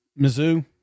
Mizzou